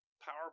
power